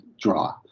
draw